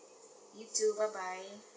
you too bye bye